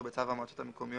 אם הם לא מקיימים את החוק,